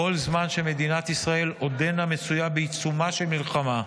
כל זמן שמדינת ישראל עודנה מצויה בעיצומה של מלחמה,